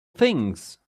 things